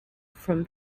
from